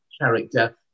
character